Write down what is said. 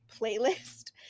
playlist